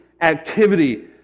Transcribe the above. activity